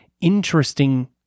interesting